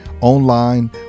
online